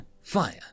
Fire